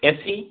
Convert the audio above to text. AC